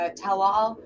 tell-all